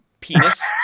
penis